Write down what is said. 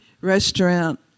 restaurant